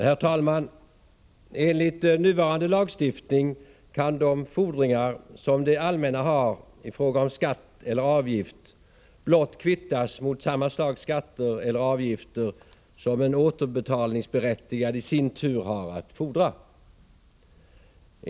Herr talman! Enligt nuvarande lagstiftning kan de fordringar som det allmänna har i fråga om skatt eller avgift blott kvittas mot samma slags skatter eller avgifter som en återbetalningsberättigad i sin tur har att fordra igen.